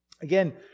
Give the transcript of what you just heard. Again